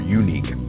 unique